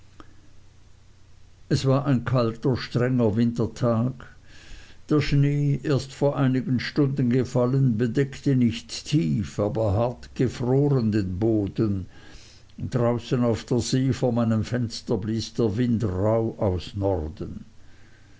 es war ein kalter strenger wintertag der schnee erst vor einigen stunden gefallen bedeckte nicht tief aber hart gefroren den boden draußen auf der see vor meinem fenster blies der wind rauh aus norden